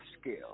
scale